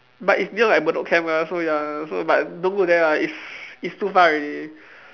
but it's near like Bedok camp lah so ya so but don't go there lah it's it's too far already